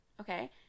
okay